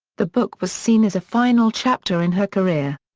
the book was seen as a final chapter in her career.